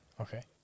Okay